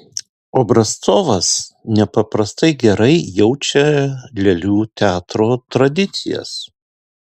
obrazcovas nepaprastai gerai jaučia lėlių teatro tradicijas